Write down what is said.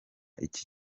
iki